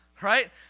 right